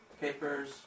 papers